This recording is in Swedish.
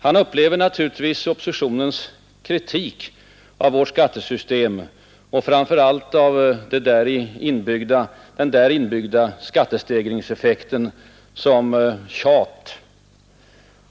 Han upplever naturligtvis oppositionens kritik av vårt skattesystem och framför allt av den däri inbyggda skattestegringseffekten som tjat.